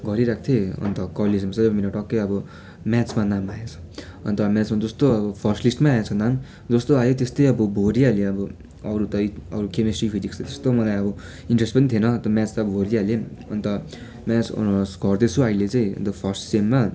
गरिरहेको थिएँ अन्त कलेजमा चाहिँ मेरो टक्कै म्याथ्समा नाम आएछ अन्त म्याथ्समा जस्तो फर्स्ट लिस्टमै आएछ नाम जस्तो आयो त्यस्तै अब भरिहाल्यो अब अरू त अरू केमेस्ट्री फिजिक्सको जस्तो मलाई अब इन्टरेस्ट पनि थिएन म्याथ्स त अब भरिहालेँ अन्त म्याथ्स अनर्स गर्दैछु अहिले चाहिँ अन्त फर्स्ट सेममा